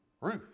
Ruth